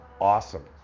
awesome